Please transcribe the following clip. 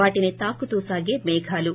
వాటిని తాకుతూ సాగే మేఘాలూ